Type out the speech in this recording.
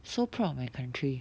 so proud of my country